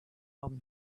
palm